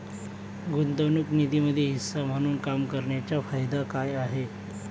गुंतवणूक निधीमध्ये हिस्सा म्हणून काम करण्याच्या फायदा काय आहे?